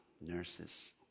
nurses